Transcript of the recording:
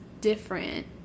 different